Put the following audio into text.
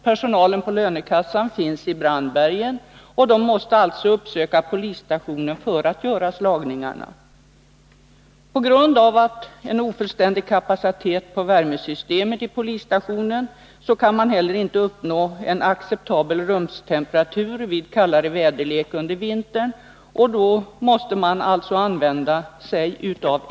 Personalen på lönekassan finns i Brandbergen och Fredagen den måste alltså uppsöka polisstationen för att göra slagningarna. På grund av 11 december 1981 ofullständig kapacitet i vad gäller värmesystemet på polisstationen kan man inte heller uppnå en acceptabel rumstemperatur vid kallare väderlek under Om tidpunkten vintern och måste då använda extra element.